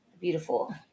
Beautiful